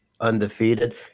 undefeated